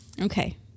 Okay